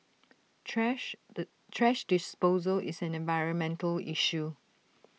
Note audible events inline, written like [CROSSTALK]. thrash [HESITATION] thrash disposal is an environmental issue